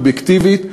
אובייקטיבית,